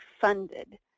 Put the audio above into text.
funded